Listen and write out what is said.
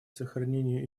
сохранения